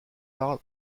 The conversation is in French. parle